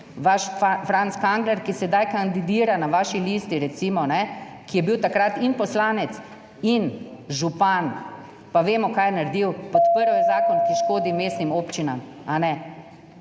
vaš Franc Kangler, ki sedaj kandidira na vaši listi recimo, ki je bil takrat in poslanec in župan pa vemo, kaj je naredil, podprl je zakon, ki škodi mestnim občinam, a ne.